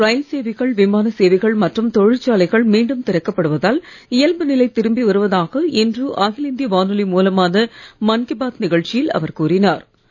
நாட்டில் ரயில் சேவைகள் விமான சேவைகள் மற்றும் தொழிற்சாலைகள் மீண்டும் திறக்கப்படுவதால் இயல்பு நிலை திரும்பி வருவதாக இன்று அகில இந்திய வானொலி மூலமான மன் கி பாத் நிகழ்ச்சியில் அவர் கூறினார்